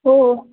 हो